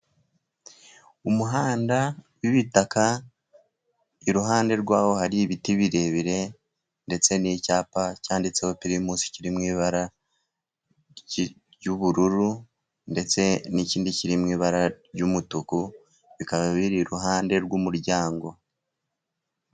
Umuhanda w'ibitaka, iruhande rwaho hari ibiti birebire, ndetse n'icyapa cyanditseho pirimusi kiri mu ibara ry'ubururu, ndetse n'ikindi kiri mu ibara ry'umutuku, bikaba biri iruhande rw'umuryango.